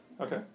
Okay